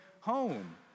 home